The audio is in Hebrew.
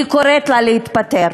אני קוראת לה להתפטר.